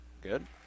Good